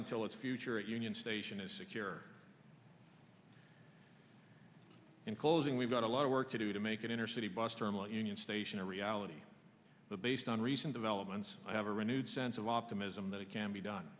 until its future a union station is secure in closing we've got a lot of work to do to make an inner city bus terminal union station a reality based on recent developments i have a renewed sense of optimism that it can be done